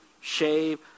shave